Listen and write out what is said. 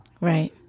Right